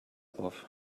auf